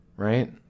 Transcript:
Right